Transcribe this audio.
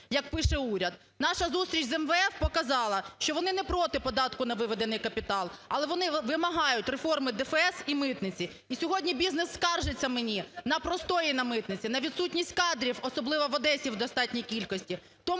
як пише уряд. Наша зустріч з МВФ показала, що вони не проти податку на виведений капітал, але вони вимагають реформи ДФС і митниці. І сьогодні бізнес скаржиться мені на простої на митниці, на відсутність кадрів, особливо в Одесі в достатній кількості.